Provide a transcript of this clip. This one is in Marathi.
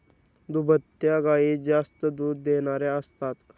दुभत्या गायी जास्त दूध देणाऱ्या असतात